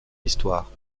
histoire